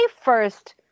first